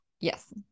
Yes